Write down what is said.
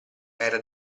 era